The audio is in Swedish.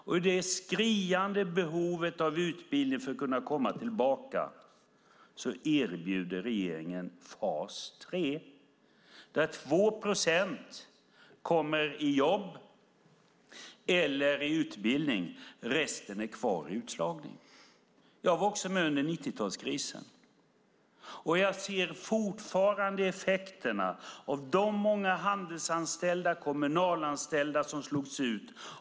Och i det skriande behovet av utbildning för att kunna komma tillbaka erbjuder regeringen fas 3, där 2 procent kommer i jobb eller i utbildning. Resten är kvar i utslagning. Jag var också med under 90-talskrisen. Jag ser fortfarande effekterna av att många handelsanställda och kommunalanställda slogs ut.